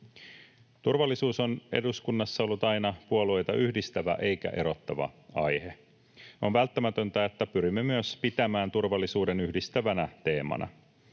Turvallisuus on eduskunnassa ollut aina puolueita yhdistävä eikä erottava aihe. On välttämätöntä, että pyrimme myös pitämään turvallisuuden yhdistävänä teemana.